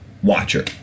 Watcher